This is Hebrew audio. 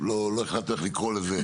לא החלטתי איך לקרוא לזה,